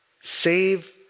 Save